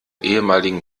ehemaligen